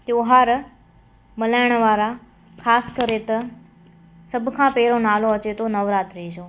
त्योहार मल्हाइण वारा ख़ासि करे त सभु खां पहिरियों नालो अचे थो नवरात्री जो